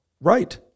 Right